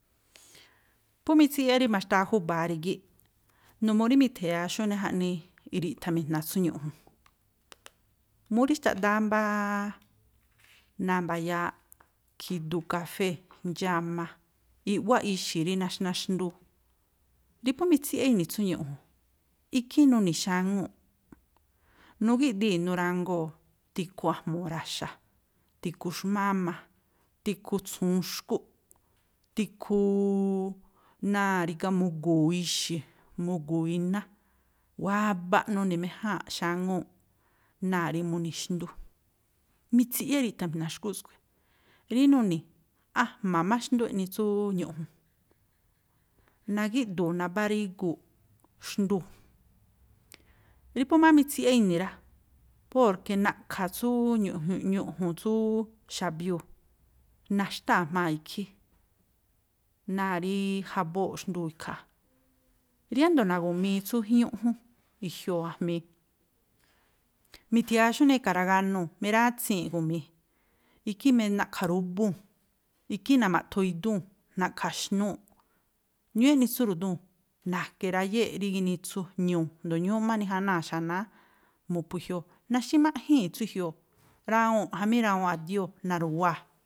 Phú mitsiꞌyá ma̱xtaa júba̱a rígíꞌ, numuu rí mi̱tha̱ya̱a xújnii jaꞌnii iri̱ꞌtha̱mi̱jna̱ tsú ñu̱ꞌju̱n. Mú rí xtaꞌdáá mbááá náa̱ mbayaaꞌ khidu kafée̱, ndxáma, i̱wáꞌ ixi̱ rí naxná xndúú. Rí phú mitsiꞌyá ini̱ tsú ñu̱ꞌju̱n, ikhí nuni̱ xáŋúu̱ꞌ, nugíꞌdii̱ nurangoo̱ tikhu a̱jmu̱u̱ ra̱xa̱, tikhu xmáma, tikhu tsu̱wu̱un xkúꞌ, tikhuuu náa̱ rígá mugu̱u̱ ixi̱, mugu̱u̱ iná, wbaꞌ nuni̱méjáa̱nꞌ xáŋúu̱ꞌ náa̱ rí muni̱ xndú. Mitsiꞌyá iri̱ꞌtha̱mi̱jna̱ xkúꞌ skui̱. Rí nuni̱, a̱jma̱ ma xndú eꞌni tsúúú ñu̱ꞌju̱n, nagíꞌdu̱u̱ nabáríguu̱ꞌ xndúu̱, rí phú máá mitsiꞌyá ini̱ rá, porke na̱ꞌkha̱ tsúúú ñu̱ꞌju̱n, ñu̱ꞌju̱n tsúú xa̱biuu̱, naxtáa̱ jmaa̱ ikhí, náa̱ rííí jabóo̱ꞌ xndúu̱ ikhaa̱. Riándo̱ nagu̱mii tsú ijín ñúꞌjún, i̱jioo̱ a̱jmi̱i, mithia̱a xújnii e̱ka̱ raganuu̱, mirátsii̱nꞌ igu̱mii̱, ikhí na̱ꞌkha̱ ríbúu̱n, ikhí nama̱ꞌthoo idúu̱n, na̱ꞌkha̱ xnúu̱ꞌ. Ñúúꞌ eꞌni tsú ru̱dúu̱n, na̱ke̱ rayée̱ꞌ rí ginitsu, ñuu̱, a̱jndo̱ ñúúꞌ má nijánáa̱ xanáá mu̱phu̱ i̱jioo̱. Naxímáꞌjíi̱n tsú i̱jioo̱, rawuu̱nꞌ jamí rawuunꞌ a̱dióo̱ naru̱waa̱.